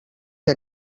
que